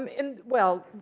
um and well,